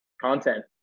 Content